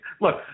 look